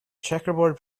checkerboard